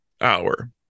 hour